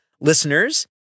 listeners